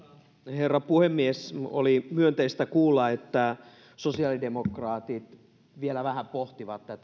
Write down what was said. herra puhemies oli myönteistä kuulla että sosiaalidemokraatit vielä vähän pohtivat